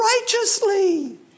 righteously